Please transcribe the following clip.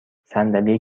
صندلی